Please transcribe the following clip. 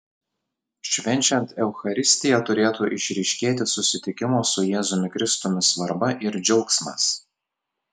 švenčiant eucharistiją turėtų išryškėti susitikimo su jėzumi kristumi svarba ir džiaugsmas